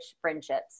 friendships